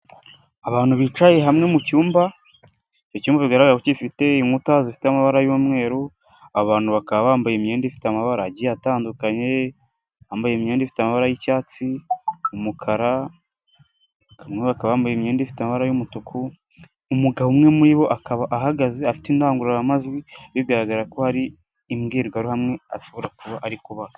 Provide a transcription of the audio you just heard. Abantu bicaye hamwe mu cyumba, icyumba bigaragara ko gifite inkuta zifite amabara y'umweru, abantu bakaba bambaye imyenda ifite amabara agiye atandukanye, abambaye imyenda ifite amabara y'icyatsi, umukara, abambaye imyenda ifite amabara y'umutuku, umugabo umwe muri bo akaba ahagaze afite indangururamajwi bigaragara ko hari imbwirwaruhamwe ashobora kuba ari kubaka.